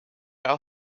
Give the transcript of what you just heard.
are